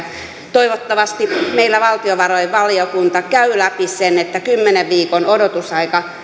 toivottavasti meillä valtiovarainvaliokunta käy läpi sen että kymmenen viikon odotusaika